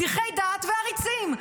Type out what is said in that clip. מדיחי דעת ועריצים.